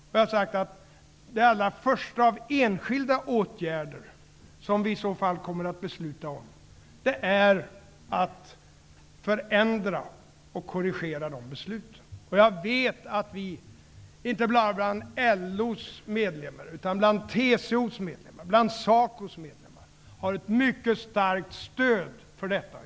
Jag har sagt att det allra första av enskilda åtgärder som vi i så fall kommer att besluta om är att förändra och korrigera dessa beslut. Jag vet att vi, inte bara bland LO:s medlemmar utan även bland TCO:s medlemmar och bland SACO:s medlemmar, har ett mycket starkt stöd för detta.